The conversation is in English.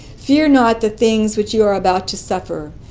fear not the things which you are about to suffer.